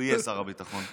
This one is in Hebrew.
הוא יהיה שר הביטחון,